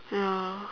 ya